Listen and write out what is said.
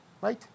right